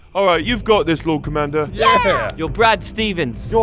all right, you've got this, lord commander! yeah! you're brad stevens! you're